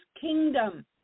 kingdom